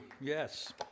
Yes